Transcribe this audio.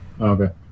Okay